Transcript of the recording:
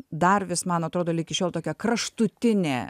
dar vis man atrodo iki šiol tokia kraštutinė